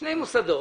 שני מוסדות.